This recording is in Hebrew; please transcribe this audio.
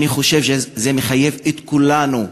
אני חושב שזה מחייב את כולנו באמירה,